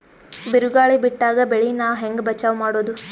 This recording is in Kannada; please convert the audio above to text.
ಬಿರುಗಾಳಿ ಬಿಟ್ಟಾಗ ಬೆಳಿ ನಾ ಹೆಂಗ ಬಚಾವ್ ಮಾಡೊದು?